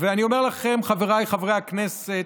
ואני אומר לכם, חבריי חברי הכנסת,